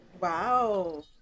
wow